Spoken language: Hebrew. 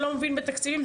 אתה לא מבין בתקציבים,